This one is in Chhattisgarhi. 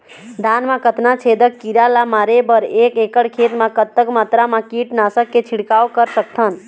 धान मा कतना छेदक कीरा ला मारे बर एक एकड़ खेत मा कतक मात्रा मा कीट नासक के छिड़काव कर सकथन?